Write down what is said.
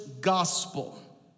gospel